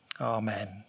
amen